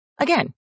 Again